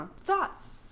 Thoughts